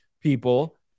people